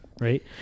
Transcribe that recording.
Right